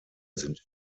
sind